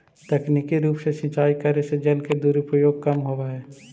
तकनीकी रूप से सिंचाई करे से जल के दुरुपयोग कम होवऽ हइ